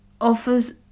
offers